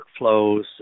workflows